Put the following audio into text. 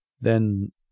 Then